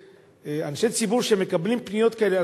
כאנשי ציבור שמקבלים פניות כאלה,